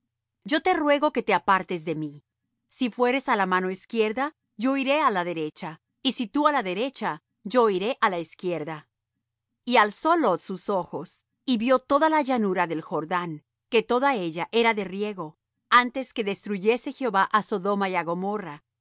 yo te ruego que te apartes de mí si fueres á la mano izquierda yo iré á la derecha y si tú á la derecha yo iré á la izquierda y alzó lot sus ojos y vió toda la llanura del jordán que toda ella era de riego antes que destruyese jehová á sodoma y á gomorra